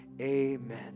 Amen